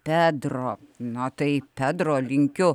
patelė na tai pedro linkiu